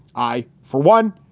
i for one,